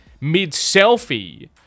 mid-selfie